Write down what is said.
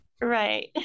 Right